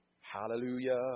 Hallelujah